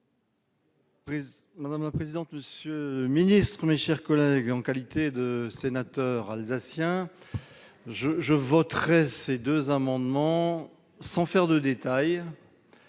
Madame la présidente, monsieur le ministre, mes chers collègues, en qualité de sénateur alsacien je je voterai ces 2 amendements sans faire de détail